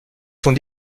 sont